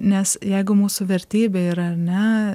nes jeigu mūsų vertybė yra ar ne